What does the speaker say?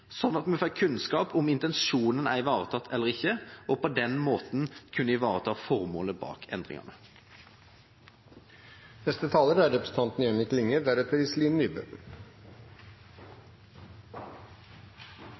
at vi får kunnskap om intensjonen er ivaretatt eller ikke – og på den måten kan ivareta formålet bak